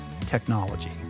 technology